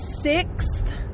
sixth